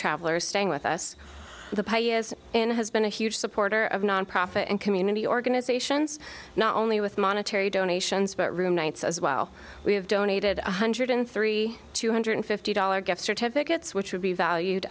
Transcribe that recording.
travelers staying with us the pay is and has been a huge supporter of nonprofit and community organizations not only with monetary donations but room nights as well we have donated one hundred three two hundred fifty dollars gift certificates which would be valued